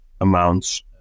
amounts